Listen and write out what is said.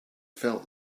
felt